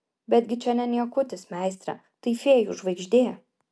betgi čia ne niekutis meistre tai fėjų žvaigždė